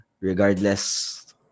regardless